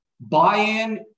buy-in